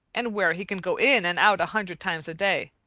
and where he can go in and out a hundred times a day.